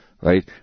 right